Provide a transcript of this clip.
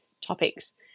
topics